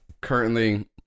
currently